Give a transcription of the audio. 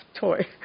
toy